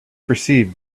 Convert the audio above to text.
perceived